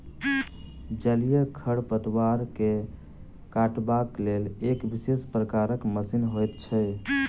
जलीय खढ़पतवार के काटबाक लेल एक विशेष प्रकारक मशीन होइत छै